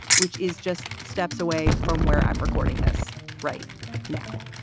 which is just steps away from where i'm recording this right now.